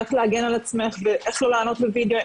ואיך להגן על עצמך ואיך לא לענות בוידאו,